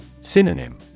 Synonym